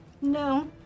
No